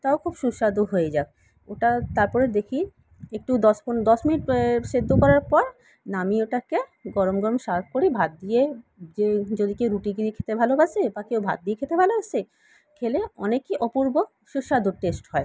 ওটাও খুব সুস্বাদু হয়ে যাক ওটা তারপরে দেখি একটু দশ পনেরো দশ মিনিট সেদ্ধ করার পর নামিয়ে ওটাকে গরম গরম সার্ভ করি ভাত দিয়ে যে যদি কেউ রুটি দিয়ে খেতে ভালোবাসে বা কেউ ভাত দিয়ে খেতে ভালোবাসে খেলে অনেকই অপূর্ব সুস্বাদু টেস্ট হয়